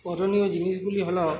প্রয়জনীয় জিনিসগুলি হলও